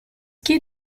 key